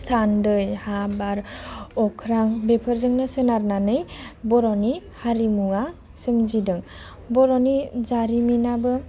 सान दै हा बार अख्रां बेफोरजोंनो सोनारनानै बर'नि हारिमुवा सोमजिदों बर'नि जारिमिनाबो